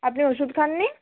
আপনি ওষুধ খাননি